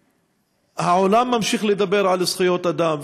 העולם ממשיך לדבר על זכויות אדם,